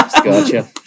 Gotcha